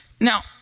now